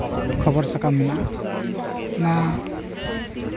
ᱠᱷᱚᱵᱚᱨ ᱥᱟᱠᱟᱢ ᱢᱮᱱᱟᱜᱼᱟ ᱚᱱᱟ